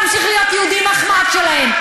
אתה יכול להמשיך להיות יהודי מחמד שלהם,